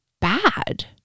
bad